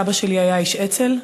סבא שלי היה איש אצ"ל,